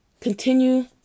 Continue